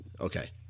Okay